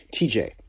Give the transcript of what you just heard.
TJ